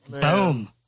Boom